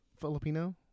filipino